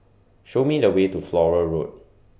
Show Me The Way to Flora Road